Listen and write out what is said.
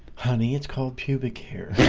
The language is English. honey, it's called pubic hair